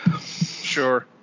Sure